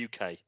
uk